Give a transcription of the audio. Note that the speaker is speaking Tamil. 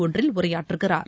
ஒன்றில் உரையாற்றுகிறார்